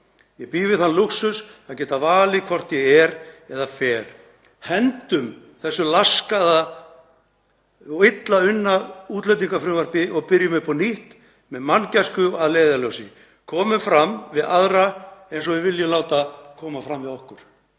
Ég bý við þann lúxus að geta valið hvort ég er eða fer. Hendum þessu laskaða og illa unna útlendingafrumvarpi og byrjum upp á nýtt með manngæsku að leiðarljósi. Komum fram við aðra eins og við viljum láta koma fram við okkur.